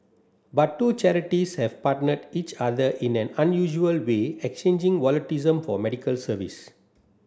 but two charities have partnered each other in an unusual way exchanging volunteerism for medical service